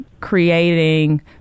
creating